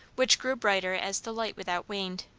which grew brighter as the light without waned.